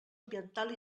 ambiental